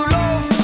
love